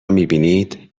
میبینید